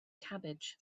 cabbage